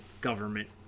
government